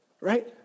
right